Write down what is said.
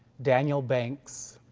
daniel banks,